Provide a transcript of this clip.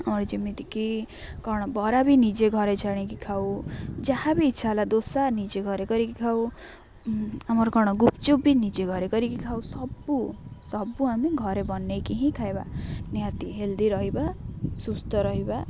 ଆଉ ଯେମିତିକି କ'ଣ ବରା ବି ନିଜେ ଘରେ ଛାଣିକି ଖାଉ ଯାହା ବି ଇଚ୍ଛା ହେଲା ଦୋସା ନିଜେ ଘରେ କରିକି ଖାଉ ଆମର କ'ଣ ଗୁପ୍ଚୁପ୍ ବି ନିଜେ ଘରେ କରିକି ଖାଉ ସବୁ ସବୁ ଆମେ ଘରେ ବନାଇକି ହିଁ ଖାଇବା ନିହାତି ହେଲ୍ଦି ରହିବା ସୁସ୍ଥ ରହିବା